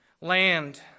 land